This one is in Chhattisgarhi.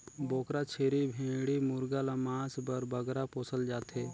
बोकरा, छेरी, भेंड़ी मुरगा ल मांस बर बगरा पोसल जाथे